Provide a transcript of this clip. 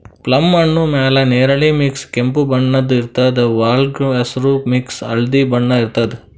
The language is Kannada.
ಪ್ಲಮ್ ಹಣ್ಣ್ ಮ್ಯಾಲ್ ನೆರಳಿ ಮಿಕ್ಸ್ ಕೆಂಪ್ ಬಣ್ಣದ್ ಇರ್ತದ್ ವಳ್ಗ್ ಹಸ್ರ್ ಮಿಕ್ಸ್ ಹಳ್ದಿ ಬಣ್ಣ ಇರ್ತದ್